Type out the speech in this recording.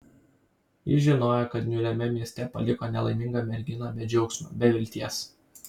jis žinojo kad niūriame mieste paliko nelaimingą merginą be džiaugsmo be vilties